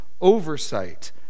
oversight